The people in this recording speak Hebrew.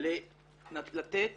לתת